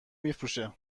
میفروشه